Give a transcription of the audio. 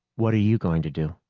what are you going to do?